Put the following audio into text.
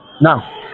Now